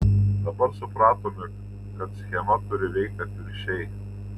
dabar supratome kad schema turi veikti atvirkščiai